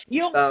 yung